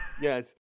Yes